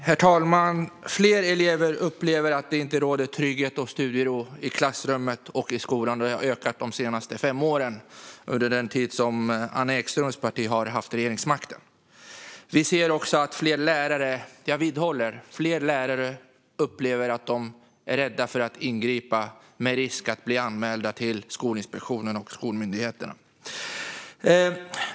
Herr talman! Fler elever upplever att det inte råder trygghet och studiero i klassrummet och i skolan. Det har ökat under de senaste fem åren, det vill säga under den tid då Anna Ekströms parti har haft regeringsmakten. Vi ser också att fler lärare - jag vidhåller detta - är rädda för att ingripa eftersom de riskerar att bli anmälda till Skolinspektionen och skolmyndigheterna.